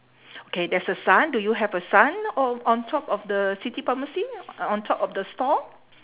okay there's a sun do you have a sun o~ on top of the city pharmacy on top of the store